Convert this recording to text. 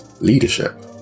leadership